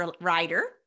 writer